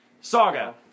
Saga